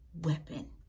weapon